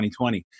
2020